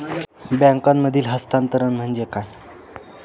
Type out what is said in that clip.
बँकांमधील हस्तांतरण म्हणजे काय?